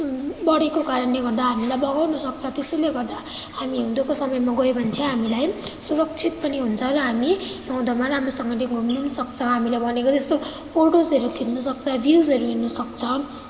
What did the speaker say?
बढेको कारणले गर्दा हामीलाई बगाउन सक्छ त्यसैले गर्दा हामी हिउँदोको समयमा गयो भने चाहिँ हामीलाई सुरक्षित पनि हुन्छ र हामी हिउँदोमा राम्रोसँगले घुम्नु पनि सक्छ हामीले भनेको जस्तो फोटोजहरू खिच्न सक्छ रिल्सहरू हुनु सक्छ